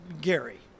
Gary